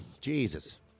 Jesus